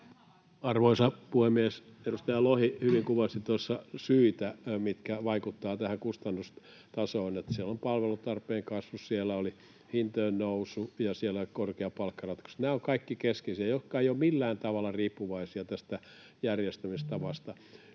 Arvoisa puhemies! Edustaja Lohi hyvin kuvasi tuossa syitä, mitkä vaikuttavat tähän kustannustasoon, eli siellä on palvelutarpeen kasvu, siellä oli hintojen nousu ja siellä ovat korkeat palkkaratkaisut. Nämä ovat kaikki keskeisiä, eivätkä ole millään tavalla riippuvaisia tästä järjestämistavasta.